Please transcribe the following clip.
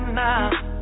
now